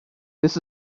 this